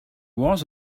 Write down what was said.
was